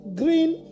green